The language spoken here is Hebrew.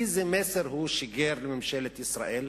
איזה מסר הוא שיגר לממשלת ישראל?